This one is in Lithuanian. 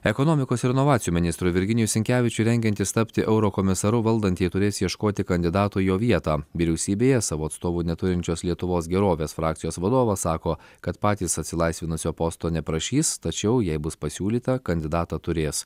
ekonomikos ir inovacijų ministrui virginijui sinkevičiui rengiantis tapti eurokomisaru valdantieji turės ieškoti kandidatų į jo vietą vyriausybėje savo atstovų neturinčios lietuvos gerovės frakcijos vadovas sako kad patys atsilaisvinusio posto neprašys tačiau jei bus pasiūlytą kandidatą turės